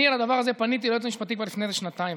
אני על הדבר הזה פניתי ליועץ המשפטי כבר לפני איזה שנתיים.